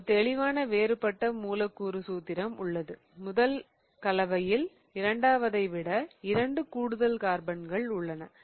ஒரு தெளிவான வேறுபட்ட மூலக்கூறு சூத்திரம் உள்ளது முதல் கலவையில் இரண்டாவதை விட இரண்டு கூடுதல் கார்பன்கள் உள்ளன